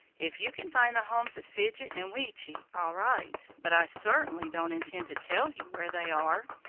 if you can find the homes of fidget and weechi, all right, but i certainly don't intend to tell you where they are.